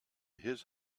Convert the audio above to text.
his